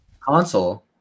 Console